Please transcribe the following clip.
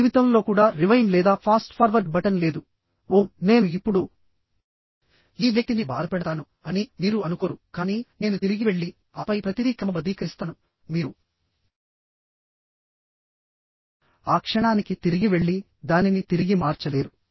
జీవితంలో కూడా రివైండ్ లేదా ఫాస్ట్ ఫార్వర్డ్ బటన్ లేదు ఓహ్ నేను ఇప్పుడు ఈ వ్యక్తిని బాధపెడతాను అని మీరు అనుకోరు కానీ నేను తిరిగి వెళ్లి ఆపై ప్రతిదీ క్రమబద్ధీకరిస్తాను మీరు ఆ క్షణానికి తిరిగి వెళ్లి దానిని తిరిగి మార్చలేరు